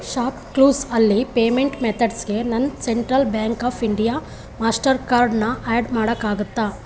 shop clues ಅಲ್ಲಿ payment ಮೆತಡ್ಸ್ಗೆ ನನ್ನ central bank of India master ಕಾರ್ಡ್ನ ಆ್ಯಡ್ ಮಾಡೋಕ್ಕಾಗುತ್ತಾ